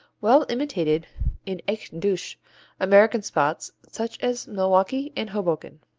well imitated in echt deutsche american spots such as milwaukee and hoboken.